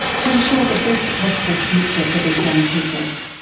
to ensure the best possible future for these young people.